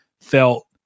felt